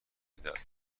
میدهد